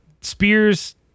Spears